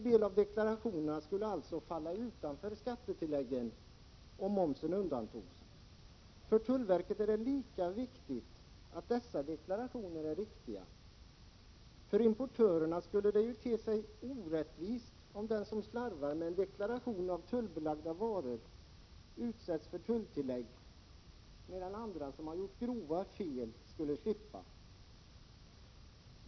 Många deklarationer skulle alltså falla utanför skattetilläggen om momsen undantogs. För tullverket är det lika viktigt att dessa deklarationer är riktiga. För importörerna skulle det te sig orättvist om den som slarvar med deklaration av tullbelagda varor utsätts för tulltillägg, medan andra som har gjort grova fel skulle slippa sådana.